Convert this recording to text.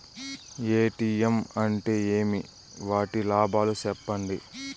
ATM అంటే ఏమి? వాటి లాభాలు సెప్పండి?